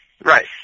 Right